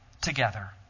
together